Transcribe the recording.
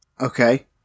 Okay